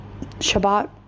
Shabbat